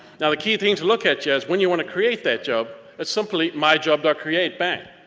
now the key thing to look at yeah is when you wanna create that job, it's simply myjob dot create, bang!